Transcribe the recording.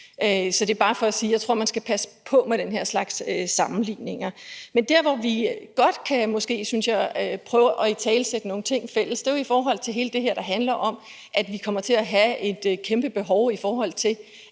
Så det er bare for at sige, at jeg tror, man skal passe på med den her slags sammenligninger. Men der, hvor jeg synes, vi måske godt kan prøve at italesætte nogle ting fælles, er i forhold til alt det her, der handler om, at vi kommer til at have et kæmpe behov, ved at